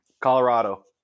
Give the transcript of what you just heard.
colorado